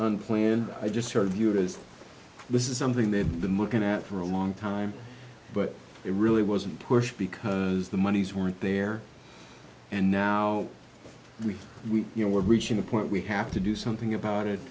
unplanned i just sort of view it as this is something they've been looking at for a long time but it really wasn't pushed because the money's weren't there and now we we you know we're reaching the point we have to do something about it